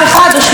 או 1,000,